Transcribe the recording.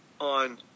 on